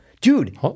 Dude